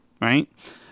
right